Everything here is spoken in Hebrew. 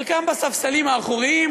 חלקם בספסלים האחוריים,